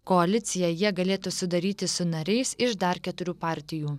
koaliciją jie galėtų sudaryti su nariais iš dar keturių partijų